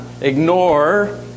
ignore